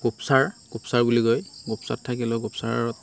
গোপচাৰ গোপচাৰ বুলি কয় গোপচাৰ থাকিলেও গোপচাৰত